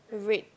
red